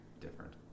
different